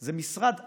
זה משרד ענק,